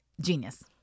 genius